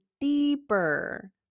deeper